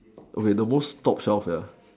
okay the most top shelf ya